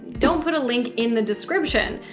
don't put a link in the description.